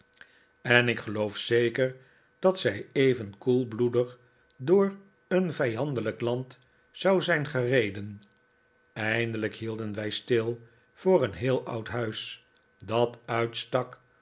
en ik geloof zeker dat zij even koelbloedig door een vijandelijk land zou zijn gereden eindelijk hielden wij stil voor een heel oud huis dat uitstak